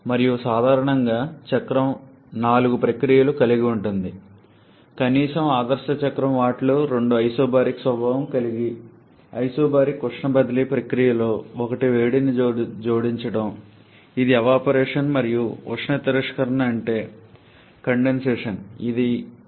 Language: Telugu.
మరియు సాధారణంగా చక్రం నాలుగు ప్రక్రియలను కలిగి ఉంటుంది కనీసం ఆదర్శ చక్రం వాటిలో రెండు ఐసోబారిక్ స్వభావం కలవి ఐసోబారిక్ ఉష్ణ బదిలీ ప్రక్రియలలో ఒకటి వేడిని జోడించడం ఇది ఎవాపరేషన్ బాష్పీభవనం మరియు ఉష్ణ తిరస్కరణ అంటే కండెన్సేషన్ ఘనీభవనం